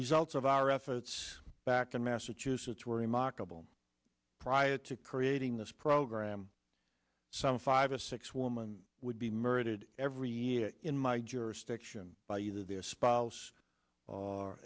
results of our efforts back in massachusetts were remarkable prior to creating this program some five or six woman would be murdered every year in my jurisdiction by either their spouse or